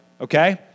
okay